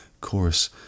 Chorus